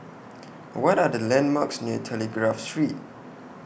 What Are The landmarks near Telegraph Street